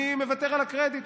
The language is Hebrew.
אני מוותר על הקרדיט.